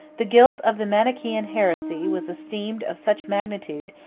the guilt of the manichaean heresy was esteemed of such magnitude,